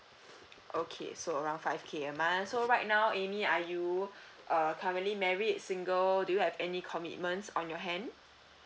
okay so around five K a month so right now amy are you uh currently married single do you have any commitments on your hand